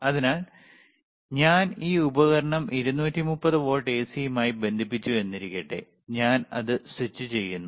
അതിനാൽ ഞാൻ ഈ ഉപകരണം 230 വോൾട്ട് എസിയുമായി ബന്ധിപ്പിച്ചു എന്നിരിക്കട്ടെ ഞാൻ അത് സ്വിച്ചുചെയ്യുന്നു